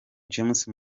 james